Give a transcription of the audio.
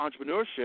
entrepreneurship